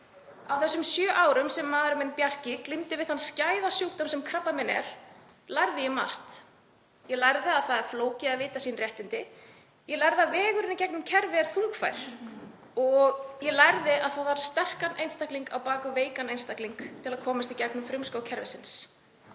Á þessum sjö árum sem maðurinn minn, Bjarki, glímdi við þann skæða sjúkdóms sem krabbamein er lærði ég margt. Ég lærði að það er flókið að vita um réttindi sín. Ég lærði að vegurinn í gegnum kerfið er þungbær og ég lærði að það þarf sterkan einstakling á bak við veikan einstakling til að komast í gegnum frumskóg kerfisins